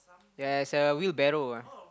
ya it's a wheel barrow ah